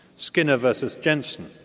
skinner versus jensen,